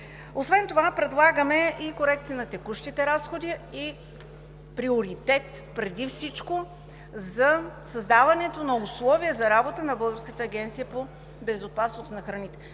Освен това, предлагаме и корекция на текущите разходи – приоритет преди всичко за създаването на условия за работа на Българската агенция по безопасност на храните.